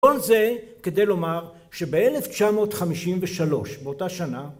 ‫כל זה כדי לומר שב-1953, ‫באותה שנה...